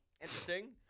interesting